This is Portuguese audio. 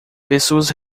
pessoas